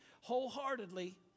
wholeheartedly